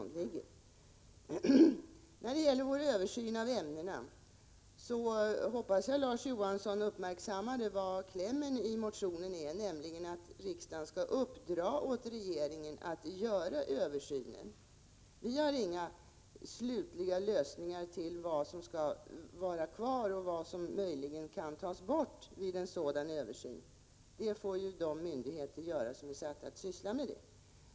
När det gäller vårt krav på en översyn av ämnena hoppas jag att Larz Johansson uppmärksammar klämmen i motionen, nämligen att riksdagen skall uppdra åt regeringen att göra översynen. Vi har inga slutliga lösningar vad gäller vad som skall vara kvar och vad som möjligen skall tas bort vid en sådan översyn. Det får de myndigheter som är satta att syssla med detta göra.